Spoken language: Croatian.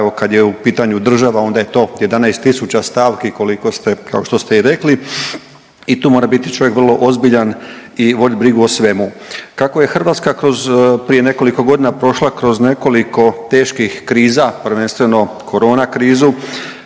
evo kad je u pitanju država onda je to 111 tisuća stavki koliko ste, kao što ste i rekli i tu mora biti čovjek vrlo ozbiljan i vodit brigu o svemu. Kako je Hrvatska kroz, prije nekoliko godina prošla kroz nekoliko teških kriza, prvenstveno korona krizu,